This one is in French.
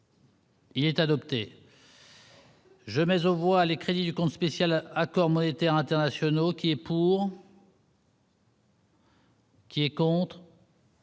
Il est adopté. Genèse au voix les crédits du compte spécial accords monétaires internationaux qui est pour. Qui est contre.